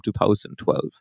2012